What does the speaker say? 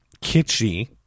kitschy